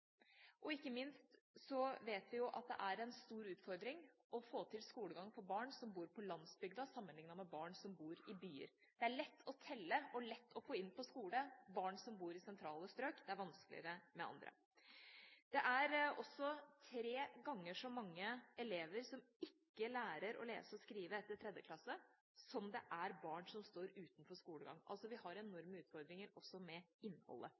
og ikke minst vet vi at det er en stor utfordring å få til skolegang for barn som bor på landsbygda, sammenlignet med barn som bor i byer. Det er lett å telle og lett å få inn på skole barn som bor i sentrale strøk; det er vanskeligere med andre. Det er tre ganger så mange elever som ikke lærer å lese og skrive etter 3. klasse som det er barn som står utenfor skolegang – vi har altså enorme utfordringer også med innholdet.